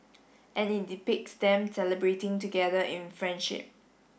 and it depicts them celebrating together in friendship